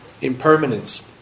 impermanence